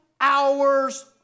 hours